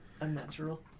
unnatural